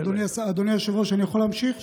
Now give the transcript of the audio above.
אדוני היושב-ראש, אני יכול להמשיך, ברשותך?